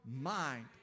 mind